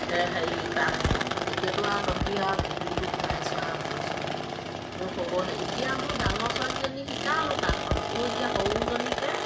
হেৰি তাঁত ব'লোঁ এতিয়াতো আৰু তহঁতে আৰু ববিনটো ঘূৰাইচ আৰু বৈচ আৰু মোৰ এতিয়া মোৰ ডাঙৰ ছোৱালীজনীক শিকালোঁ তাঁতখন মোৰ এতিয়া সৰুজনীকে